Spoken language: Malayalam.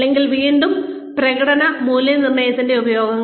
അല്ലെങ്കിൽ വീണ്ടും പ്രകടന മൂല്യനിർണ്ണയത്തിന്റെ ഉപയോഗങ്ങൾ